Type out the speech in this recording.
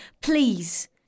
please